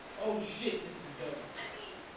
oh shit. this is dope. i mean